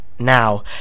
Now